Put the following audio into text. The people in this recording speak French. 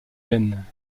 vaine